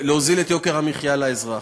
להוזיל את יוקר המחיה לאזרח.